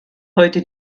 heute